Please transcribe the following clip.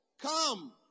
come